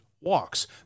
walks